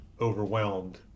overwhelmed